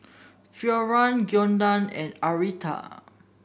Florian Giana and Arletta